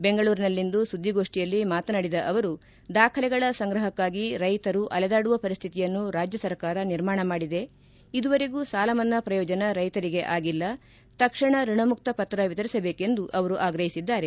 ಬೆಂಗಳೂರಿನಲ್ಲಿಂದು ಸುದ್ದಿಗೋಷ್ಠಿಯಲ್ಲಿ ಮಾತನಾಡಿದ ಅವರುದಾಖಲೆಗಳ ಸಂಗ್ರಹಕ್ಕಾಗಿ ರೈತರು ಅಲೆದಾಡುವ ಪರಿಸ್ತಿತಿಯನ್ನು ರಾಜ್ಯ ಸರ್ಕಾರ ನಿರ್ಮಾಣ ಮಾಡಿದೆ ಎಂದ ಅವರು ಇದುವರೆಗೂ ಸಾಲಮನ್ನಾ ಪ್ರಯೋಜನ ರೈತರಿಗೆ ಆಗಿಲ್ಲ ತಕ್ಷಣ ಋಣಮುಕ್ತ ಪತ್ರ ವಿತರಿಸಬೇಕೆಂದು ಆಗ್ರಹಿಸಿದ್ದಾರೆ